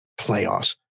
playoffs